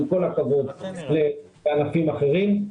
עם כל הכבוד לענפים אחרים.